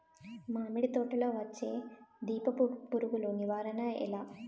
మామిడి తోటలో వచ్చే దీపపు పురుగుల నివారణ ఎలా?